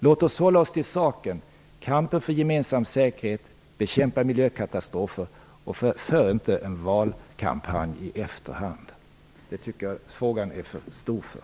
Låt oss hålla oss till saken: Kampen för gemensam säkerhet och att bekämpa miljökatastrofer. För inte en valkampanj i efterhand! Det tycker jag frågan är för stor för.